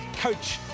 Coach